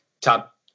top